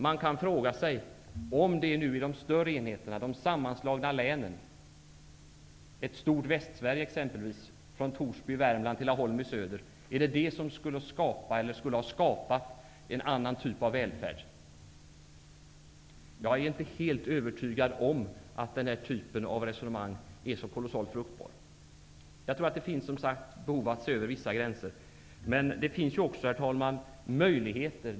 Man kan fråga sig om de större enheterna, de sammanslagna länen, exempelvis ett stort Västsverige från Torsby i Värmland till Laholm i söder, skulle ha skapat en annan typ av välfärd. Jag är inte helt övertygad om att den här typen av resonemang är så kolossalt fruktbar. Det finns behov av att se över vissa gränser, men det finns möjligheter, herr talman.